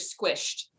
squished